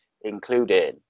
including